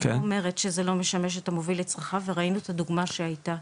עוד אומרת שזה לא משמש את המוביל לצרכיו וראינו את הדוגמא שהייתה,